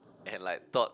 and like thought